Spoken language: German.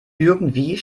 irgendwie